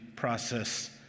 Process